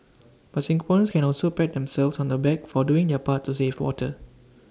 but Singaporeans can also pat themselves on the back for doing their part to save water